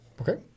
Okay